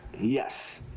Yes